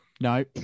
No